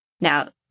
Now